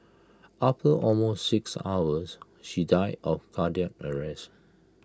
after almost six hours she died of cardiac arrest